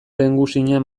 lehengusina